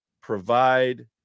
provide